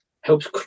helps